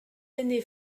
aîné